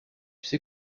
sais